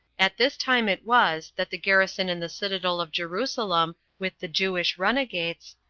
at this time it was that the garrison in the citadel of jerusalem, with the jewish runagates,